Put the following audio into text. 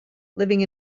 living